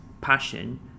passion